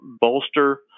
bolster